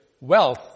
wealth